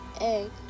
egg